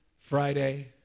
Friday